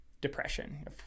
depression